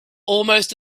almost